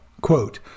Quote